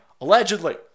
Allegedly